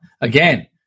Again